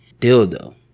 dildo